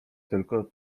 tylko